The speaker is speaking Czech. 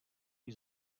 již